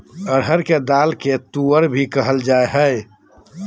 अरहर के दाल के तुअर भी कहल जाय हइ